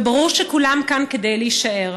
וברור שכולם כאן כדי להישאר.